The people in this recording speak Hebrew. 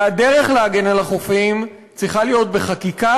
והדרך להגן על החופים צריכה להיות בחקיקה,